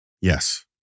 Yes